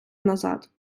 назад